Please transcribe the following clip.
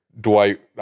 Dwight